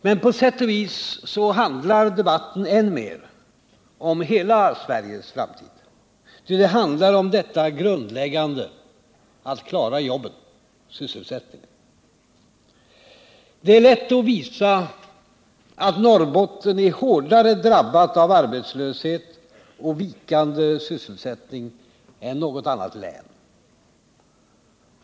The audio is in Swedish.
Men på sätt och vis handlar debatten än mer om hela Sveriges framtid, ty det handlar om detta grundläggande — att klara jobben, sysselsättningen. Det är lätt att visa att Norrbotten är hårdare drabbat av arbetslöshet och vikande sysselsättning än något annat län.